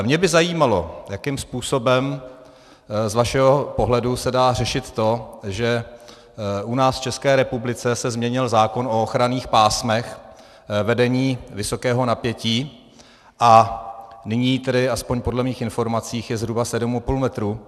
Mě by zajímalo, jakým způsobem z vašeho pohledu se dá řešit to, že u nás v České republice se změnil zákon o ochranných pásmech vedení vysokého napětí a nyní tedy aspoň podle mých informací je zhruba 7,5 metru.